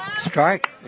strike